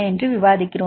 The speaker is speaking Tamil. என்று விவாதிக்கிறோம்